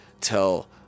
tell